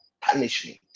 punishment